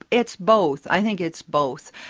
it's both, i think it's both.